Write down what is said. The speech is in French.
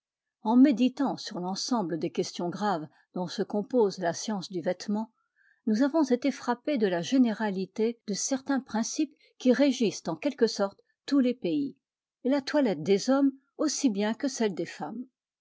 en méditant sur l'ensemble des questions graves dont se compose la science du vêtement nous avons été frappé de la généralité de certains principes qui régissent en quelque sorte tous les pays et la toilette des hommes aussi bien que celle des femmes